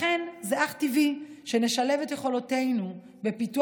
לכן זה אך טבעי שנשלב את יכולותינו בפיתוח